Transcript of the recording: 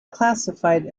classified